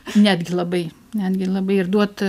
netgi labai netgi labai ir duot